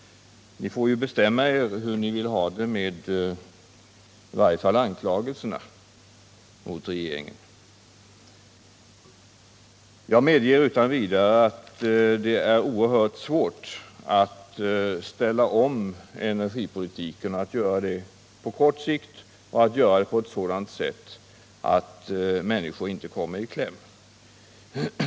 Ni får bestämma er hur ni vill ha det, i varje fall med anklagelserna mot regeringen. Jag medger utan vidare att det är oerhört svårt att ställa om energipolitiken — att göra det på kort sikt och att göra det på ett sådant sätt att människor inte kommer i kläm.